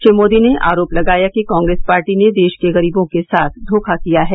श्री मोदी ने आरोप लगाया कि कांग्रेस पार्टी ने देश के गरीबों के साथ धोखा किया है